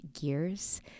gears